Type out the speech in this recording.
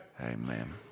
Amen